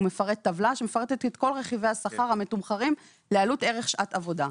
טבלה שמפרטת את כל רכיבי השכר המתומחרים לעלות ערך שעת עבודה.